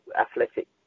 athletic